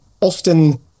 often